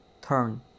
turn